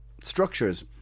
structures